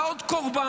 אתה עוד קורבן?